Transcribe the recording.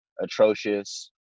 atrocious